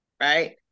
Right